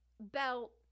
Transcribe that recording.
belt